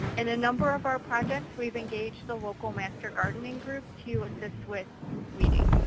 and in a number of our projects, we've engaged the local master gardening group to assist with weeding.